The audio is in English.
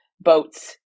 boats